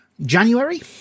January